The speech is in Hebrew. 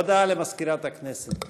הודעה למזכירת הכנסת.